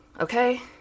Okay